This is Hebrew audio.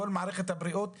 כל מערכת הבריאות התגייסה,